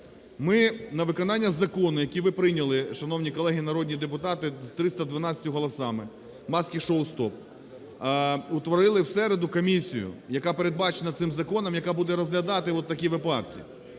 Ми на виконання закону, який ви прийняли, шановні колеги народні депутати, 312 голосами "маски-шоу стоп". Утворили в середу комісію, яка передбачена цим законом, яка буде розглядати такі випадки.